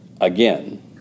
again